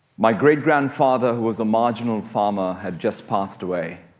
my great grandfather who was a marginal farmer had just passed away